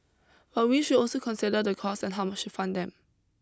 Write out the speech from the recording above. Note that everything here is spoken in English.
but we should also consider the costs and how much to fund them